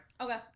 Okay